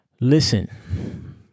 listen